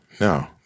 No